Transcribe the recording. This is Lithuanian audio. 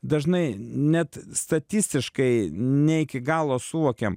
dažnai net statistiškai ne iki galo suvokiam